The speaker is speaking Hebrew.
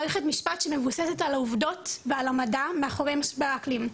מערכת משפט שמבוססת על העובדות ועל המדע מאחורי משבר האקלים,